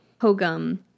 Hogum